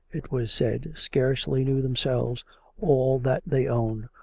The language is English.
it was said, scarcely knew themselves all that they owned,